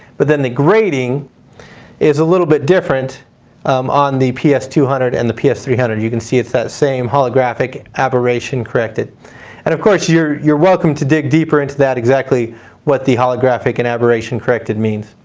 but then the grating is a little bit different um on the ps two hundred and the ps three hundred you can see it's that same holographic aberration-corrected. and of course you're you're welcome to dig deeper into exactly what the holographic and aberration-corrected means.